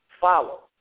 Follow